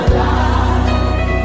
life